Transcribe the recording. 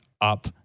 up